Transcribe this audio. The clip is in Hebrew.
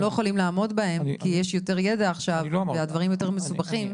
לא יכולים לעמוד בהם כי יש יותר ידע עכשיו והדברים יותר מסובכים,